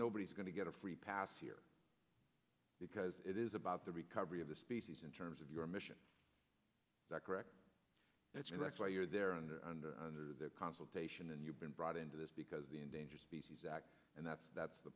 nobody's going to get a free pass here because it is about the recovery of the species in terms of your mission that correct and that's why you're there and under the consultation and you've been brought into this because the endangered species act and that's that's the